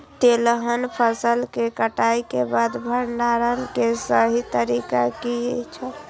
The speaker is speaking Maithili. तेलहन फसल के कटाई के बाद भंडारण के सही तरीका की छल?